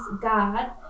God